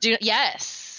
Yes